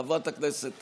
חברת הכנסת